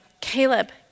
Caleb